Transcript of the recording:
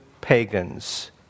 pagans